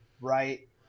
Right